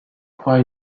point